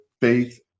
faith